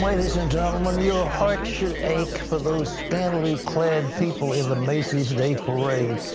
ladies and gentlemen. your heart should ache for those scantily clad people in the macy's day parade.